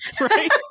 right